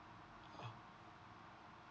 orh